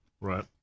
Right